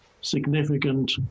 significant